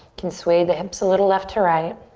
can sway the hips a little left to right.